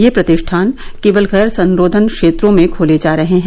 ये प्रतिष्ठान केवल गैर संरोधन क्षेत्रों में खोले जा रहे हैं